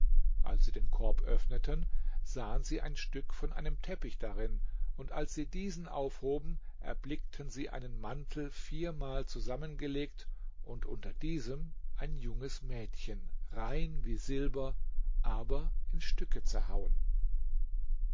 als sie den korb öffneten sahen sie ein stück von einem teppich darin und als sie diesen aufhoben erblickten sie einen mantel viermal zusammengelegt und unter diesem ein junges mädchen rein wie silber aber in stücke zerhauen